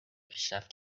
پیشرفت